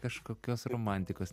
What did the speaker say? kažkokios romantikos